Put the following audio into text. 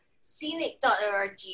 Scenic.org